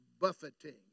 buffeting